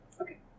Okay